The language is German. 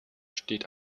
steht